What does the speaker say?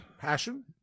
passion